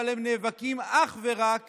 אבל הם נאבקים אך ורק